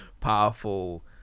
powerful